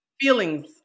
Feelings